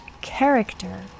Character